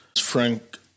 Frank